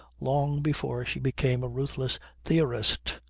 long before she became a ruthless theorist.